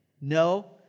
No